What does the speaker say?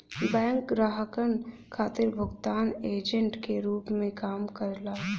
bank ग्राहकन खातिर भुगतान एजेंट के रूप में काम करला